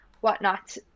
whatnot